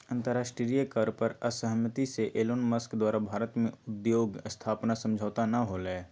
अंतरराष्ट्रीय कर पर असहमति से एलोनमस्क द्वारा भारत में उद्योग स्थापना समझौता न होलय